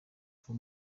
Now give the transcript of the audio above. two